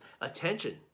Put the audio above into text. attention